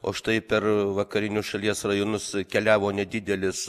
o štai per vakarinius šalies rajonus keliavo nedidelis